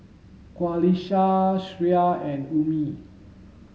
Qalisha Syah and Ummi